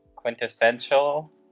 quintessential